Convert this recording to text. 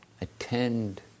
attend